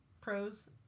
Pros